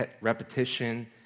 Repetition